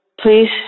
please